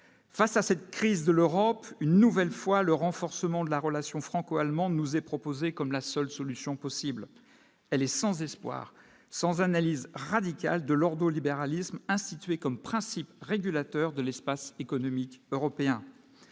face à cette crise de l'Europe, une nouvelle fois le renforcement de la relation franco-allemande nous est proposé comme la seule solution possible, elle est sans espoir, sans analyse radicale de l'ordolibéralisme instituer comme principe régulateur de l'Espace économique européen,